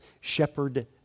shepherd